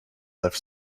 left